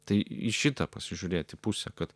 tai į šitą pasižiūrėti pusę kad